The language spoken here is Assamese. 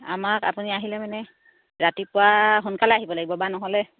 আমাক আপুনি আহিলে মানে ৰাতিপুৱা সোনকালে আহিব লাগিব বা নহ'লে